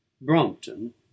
Brompton